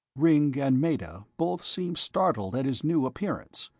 ringg and meta both seemed startled at his new appearance,